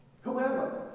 whoever